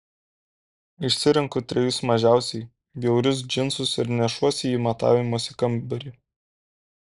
išsirenku trejus mažiausiai bjaurius džinsus ir nešuosi į matavimosi kambarį